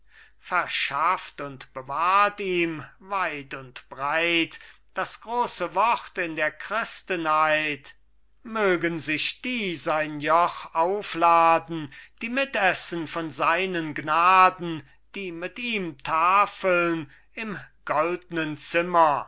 verschafft und bewahrt ihm weit und breit das große wort in der christenheit mögen sich die sein joch auf laden die mitessen von seinen gnaden die mit ihm tafeln im goldnen zimmer